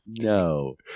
No